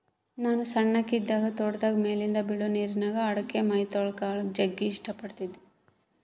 ನಾನು ಸಣ್ಣಕಿ ಇದ್ದಾಗ ತೋಟದಾಗ ಮೇಲಿಂದ ಬೀಳೊ ನೀರಿನ್ಯಾಗ ಆಡಕ, ಮೈತೊಳಕಳಕ ಜಗ್ಗಿ ಇಷ್ಟ ಪಡತ್ತಿದ್ದೆ